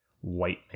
white